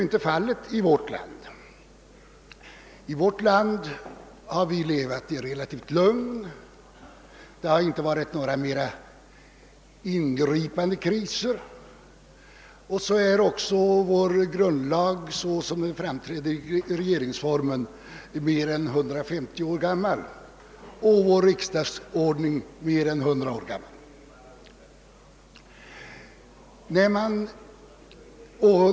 I vårt land har vi levat i relativt lugn, det har inte förekommit några mer ingripande kriser, och så är också vår grundlag såsom den framträder i regeringsformen mer än 150 år gammal och vår riksdagsordning mer än 100 år gammal.